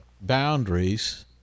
boundaries